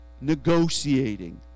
negotiating